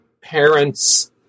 parents